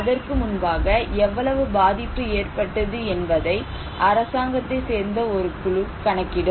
அதற்கு முன்பாக எவ்வளவு பாதிப்பு ஏற்பட்டது என்பதை அரசாங்கத்தை சேர்ந்த ஒரு குழு கணக்கிடும்